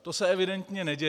To se evidentně neděje.